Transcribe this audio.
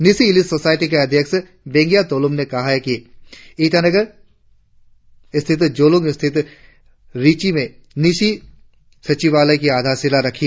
Nyishi elite society के अध्यक्ष बेंगिया तोलुम ने कल ईटानगर के जोलांग स्थित रिची में न्यीशी सचिवालय की आधारशिला रखी